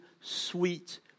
sweet